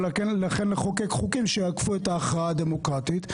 ולכן לחוקק חוקים שיעקפו את ההכרעה הדמוקרטית.